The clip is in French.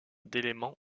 d’éléments